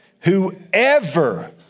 Whoever